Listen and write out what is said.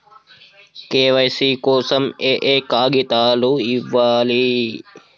KYC కోసం ఏయే కాగితాలు ఇవ్వాలి?